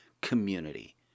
community